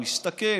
הוא הסתכל,